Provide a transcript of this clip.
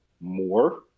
more